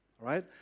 right